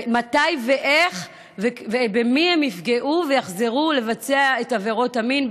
מתי ואיך ובמי הם יפגעו ויחזרו לבצע את עבירות המין,